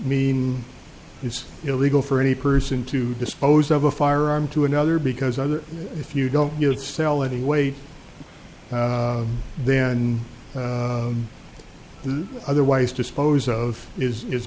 mean it's illegal for any person to dispose of a firearm to another because other if you don't sell any weight then otherwise dispose of is is